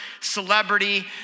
celebrity